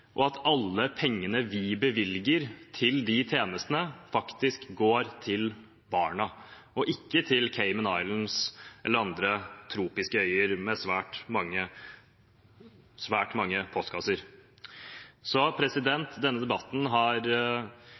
og at alle pengene vi bevilger til de tjenestene, faktisk går til barna, ikke til Cayman Islands eller andre tropiske øyer med svært mange postkasser. Denne debatten har